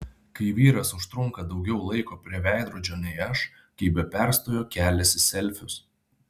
kai vyras užtrunka daugiau laiko prie veidrodžio nei aš kai be perstojo keliasi selfius